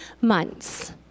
months